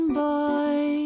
boy